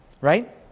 right